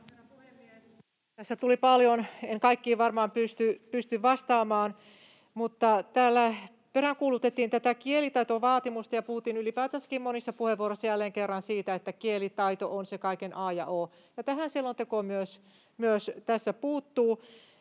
Tässä tuli paljon. En kaikkiin varmaan pysty vastaamaan, mutta täällä peräänkuulutettiin tätä kielitaitovaatimusta ja puhuttiin ylipäätänsäkin monissa puheenvuoroissa jälleen kerran siitä, että kielitaito on se kaiken a ja o, ja tähän selonteko myös tässä puuttuu.